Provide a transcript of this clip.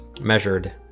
measured